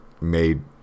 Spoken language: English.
made